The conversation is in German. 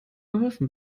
geholfen